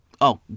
Oh